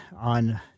on